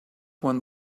one